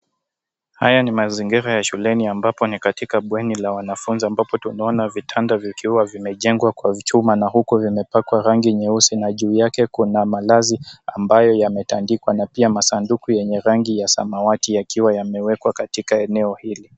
Haya ni mazingira ya shuleni ambapo ni katika bweni la wanafunzi ambapo tunaona vitanda vikiwa vimejengwa kwa vichuma na huku vimepakwa rangi nyeusi na juu yake kuna malazi ambayo yametandikwa na pia masunduku yenye rangi ya samawati yakiwa yamewekwa katika eneo hili.